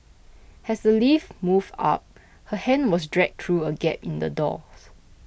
as the lift moved up her hand was dragged through a gap in the doors